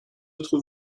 autre